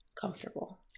comfortable